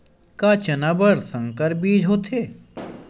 का चना बर संकर बीज होथे?